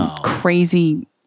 crazy